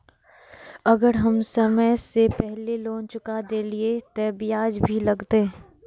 अगर हम समय से पहले लोन चुका देलीय ते ब्याज भी लगते?